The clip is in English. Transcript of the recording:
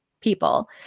people